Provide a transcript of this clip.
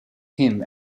him